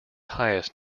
highest